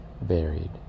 varied